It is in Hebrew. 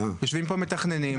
יושבים פה מתכננים.